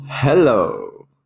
hello